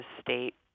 state